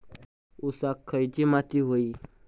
ऊसाक खयली माती व्हयी?